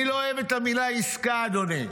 אני לא אוהב את המילה "עסקה" אדוני.